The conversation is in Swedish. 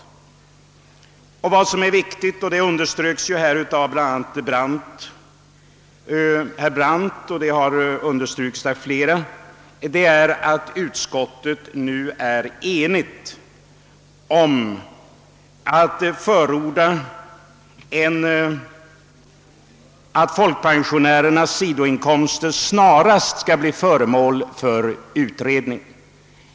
Det viktiga är — det har understrukits av bl.a. herr Brandt — att utskottet nu är enigt om att förorda att folkpensionärernas sidoinkomster snarast skall bli föremål för utredning.